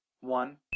one